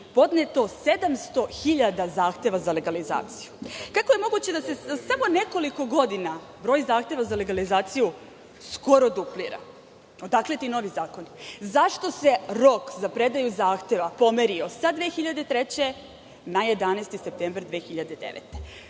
podneto 700.000 zahteva za legalizaciju? Kako je moguće da se samo nekoliko godina broj zahteva za legalizaciju skoro duplira? Odakle ti novi zakoni? Zašto se rok za predaju zahteva pomerio sa 2003. godine na 11. septembar 2009.